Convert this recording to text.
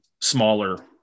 smaller